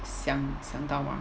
想到吗